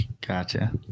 Gotcha